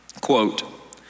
Quote